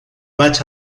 vaig